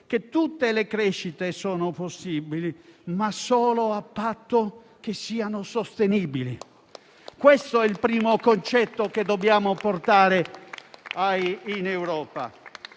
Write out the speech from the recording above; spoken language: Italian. che tutte le crescite sono possibili, ma solo a patto che siano sostenibili. Questo è il primo concetto che dobbiamo portare in Europa.